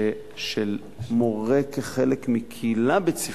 של מורה כחלק מקהילה בית-ספרית,